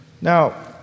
Now